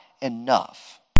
enough